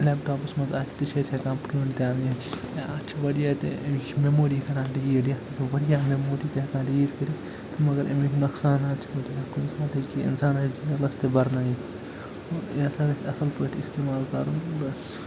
laptops منٛز آسہِ تہِ چھِ أسۍ ہٮ۪کان پٕرٛنٛٹ اتھ چھِ وارِیاہ تہِ امِچ مٮ۪موری واریاہ مٮ۪موری تہِ ہٮ۪کان ریٖڈ کٔرِتھ تہٕ مگر امِکۍ نۄقصانات چھِ وارِیاہ کُنہِ ساتہٕ ہیٚکہِ یہِ اِنسان جیلس تہِ برنٲیِتھ یہِ سا گَژھِ اَصٕل پٲٹھۍ اِستعمال کَرُن بس